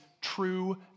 true